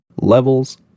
levels